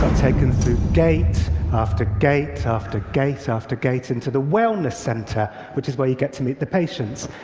taken through gate after gate after gate after gate into the wellness center, which is where you get to meet the patients.